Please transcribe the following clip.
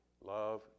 Love